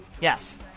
Yes